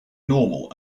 normal